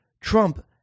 Trump